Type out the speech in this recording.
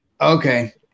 Okay